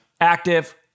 active